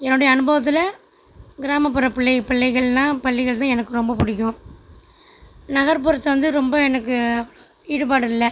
என்னோடைய அனுபவத்தில் கிராமப்புற பிள்ளை பிள்ளைகள்னால் பள்ளிங்கிறது எனக்கு ரொம்ப பிடிக்கும் நகர்புறத்து வந்து ரொம்ப எனக்கு ஈடுபாடு இல்லை